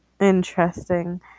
Interesting